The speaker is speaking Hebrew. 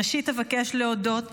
ראשית, אבקש להודות